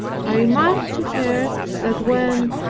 i remarked to her that when,